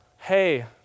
Hey